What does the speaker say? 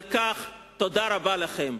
על כך, תודה רבה לכם.